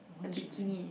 a bikini